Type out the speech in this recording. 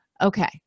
Okay